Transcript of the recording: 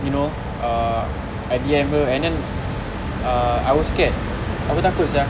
you know uh I D_M her and then uh I was scared aku takut sia